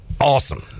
Awesome